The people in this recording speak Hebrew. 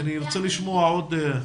כי אני רוצה לשמוע עוד.